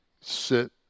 sit